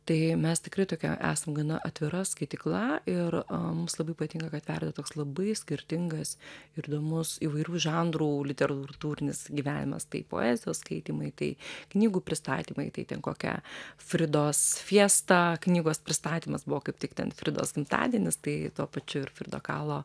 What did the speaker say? tai mes tikrai tokia esam gana atvira skaitykla ir mums labai patinka kad verda toks labai skirtingas ir įdomus įvairių žanrų literatūrinis gyvenimas tai poezijos skaitymai tai knygų pristatymai tai ten kokia fridos fiesta knygos pristatymas buvo kaip tik ten fridos gimtadienis tai tuo pačiu ir frido kalo